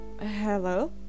hello